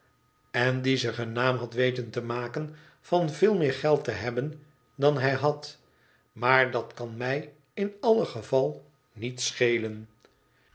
en die zich een naam had weten te maken van veel meer geld te hebben dan hij had maar dat kan mij in alle geval niet schelen